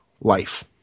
life